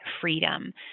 freedom